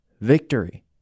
victory